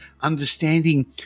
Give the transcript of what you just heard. understanding